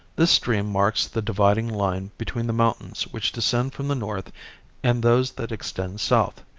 this stream marks the dividing line between the mountains which descend from the north and those that extend south,